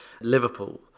Liverpool